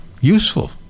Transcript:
useful